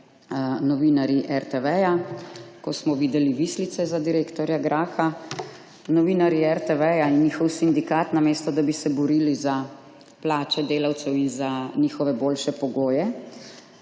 novinarji RTV, ko smo videli vislice za direktorja Graha. Novinarji RTV, njihov sindikat, namesto da bi se borili za plače delavcev in za njihove boljše pogoje,